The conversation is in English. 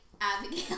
Abigail